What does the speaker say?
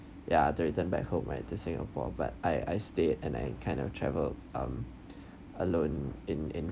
ya to return back home right to singapore but I I stayed and I kind of traveled um alone in in